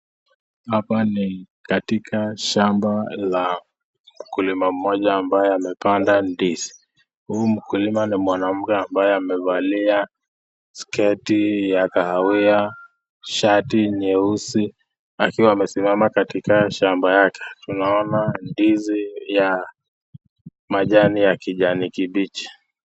Hapa ni katika shamba la mkulima mmoja ambaye amepanda ndizi. Huyu mkulima ni mwanamke ambaye amevalia sketi ya kahawia, shati nyeusi akiwa amesimama katika shamba yake. Tunaona ndizi ya majani ya kijani kibichi.